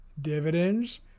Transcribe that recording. Dividends